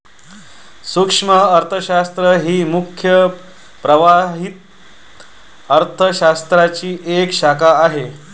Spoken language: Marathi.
सूक्ष्म अर्थशास्त्र ही मुख्य प्रवाहातील अर्थ शास्त्राची एक शाखा आहे